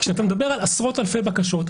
כשאתה מדבר על עשרות אלפי בקשות,